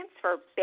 transfer